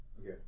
Okay